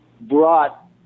brought